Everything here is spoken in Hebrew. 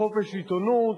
בחופש עיתונות,